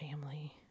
family